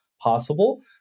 possible